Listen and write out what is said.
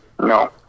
No